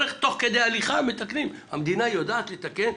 תוך כדי הליכה מתקנים, המדינה יודעת לתקן.